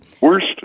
Worst